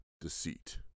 deceit